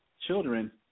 children